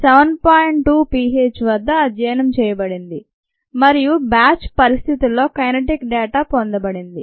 2 p h వద్ద అధ్యయనం చేయబడింది మరియు బ్యాచ్ పరిస్థితుల్లో కైనెటిక్ డేటా డేటా పొందబడింది